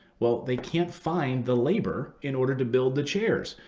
well, they can't find the labor in order to build the chairs.